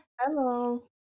Hello